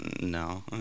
No